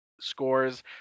scores